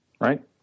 right